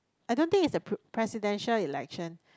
I don't think it's the pre~ presidential election